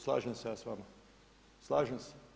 Slažem se ja s vama, slažem se.